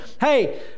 hey